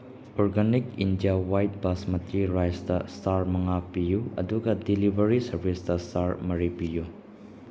organic India white basmati ꯔꯥꯏꯁꯇ star ꯃꯉꯥ ꯄꯤꯌꯨ ꯑꯗꯨꯒ ꯗꯤꯂꯤꯚꯔꯤ ꯁꯔꯚꯤꯁꯇ ꯏꯁꯇꯥꯔ ꯃꯔꯤ ꯄꯤꯌꯨ